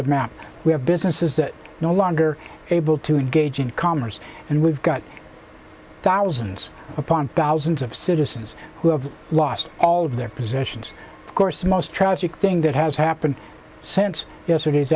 the map we have businesses that are no longer able to engage in commerce and we've got thousands upon thousands of citizens who have lost all of their possessions of course most tragic thing that has happened since yesterday